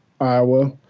Iowa